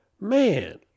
Man